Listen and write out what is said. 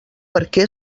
perquè